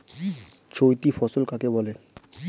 চৈতি ফসল কাকে বলে?